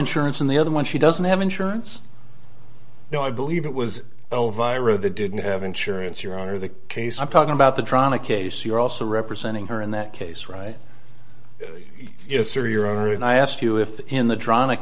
insurance and the other one she doesn't have insurance now i believe it was over i wrote the didn't have insurance your honor the case i'm talking about the drama case you're also representing her in that case right it's your your own i mean i asked you if in the drama